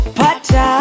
pata